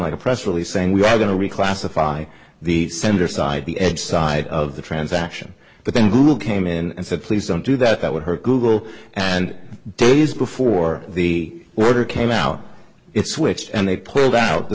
like a press release saying we are going to reclassify the sender side the edge side of the transaction but then google came in and said please don't do that that would hurt google and days before the order came out it switched and they pulled out the